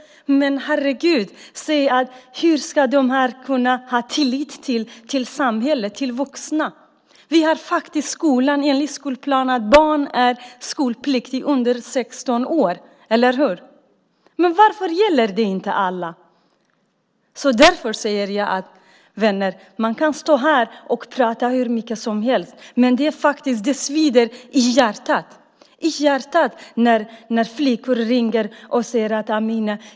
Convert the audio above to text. Men herregud! Hur ska de kunna ha tillit till samhället och till vuxna? Enligt skollagen är barn under 16 år skolpliktiga - eller hur? Varför gäller det inte alla? Vänner! Man kan stå här och prata hur mycket som helst, men det svider i hjärtat när flickor ringer och säger så här: Amineh!